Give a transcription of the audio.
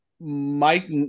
Mike